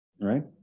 right